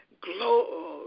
glow